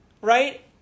right